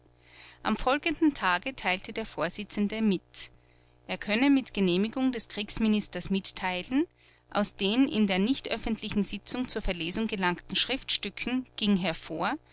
am folgenden tage teilte der vorsitzende zende mit er könne mit genehmigung des kriegsministers mitteilen aus den in der nichtöffentlichen sitzung zur verlesung gelangten schriftstücken ging hervor